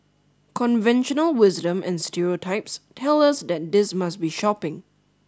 conventional wisdom and stereotypes tell us that this must be shopping